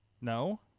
no